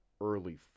early